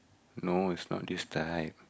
no it's not this type